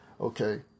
Okay